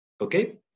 Okay